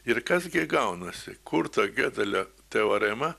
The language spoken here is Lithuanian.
ir kas gi gaunasi kurto giodelio teorema